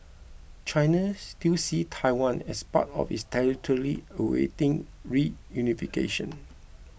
China still sees Taiwan as part of its territory awaiting reunification